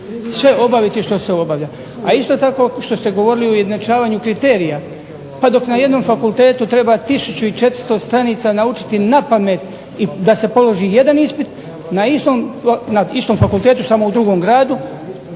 sve obaviti što se obavlja. A isto tako što ste govorili o ujednačavanju kriterija. Pa dok na jednom fakultetu treba 1400 stranica naučiti napamet da se položi jedan ispit na istom fakultetu samo u drugom gradu